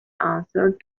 answered